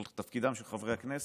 שהוא תפקידם של חברי הכנסת,